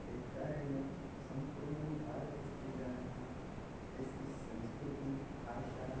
तत्कारणेन सम्पूर्ण भारतस्य जनाः तस्य संस्कृतभाषा